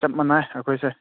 ꯆꯞ ꯃꯥꯟꯅꯩ ꯑꯩꯈꯣꯏꯁꯦ